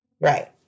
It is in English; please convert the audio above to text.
Right